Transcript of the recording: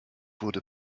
wurde